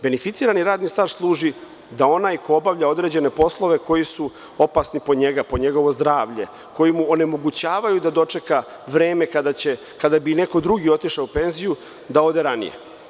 Beneficirani radni staž služi da onaj ko obavlja određene poslove koji su opasni po njega, po njegovo zdravlje, koji mu onemogućavaju da dočeka vreme kada bi neko drugi otišao u penziju, da ode ranije.